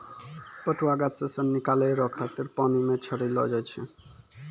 पटुआ गाछ से सन निकालै रो खातिर पानी मे छड़ैलो जाय छै